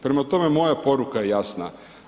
Prema tome, moja poruka je jasno.